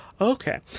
Okay